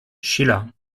schiller